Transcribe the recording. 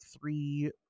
three